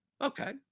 Okay